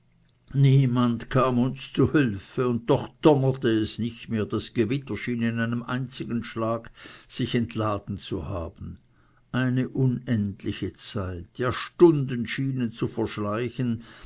niemand kam uns zu hülfe und doch donnerte es nicht mehr das gewitter schien in einem einzigen schlag sich entladen zu haben eine unendliche zeit ja stunden schienen zu verschleichen